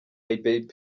baby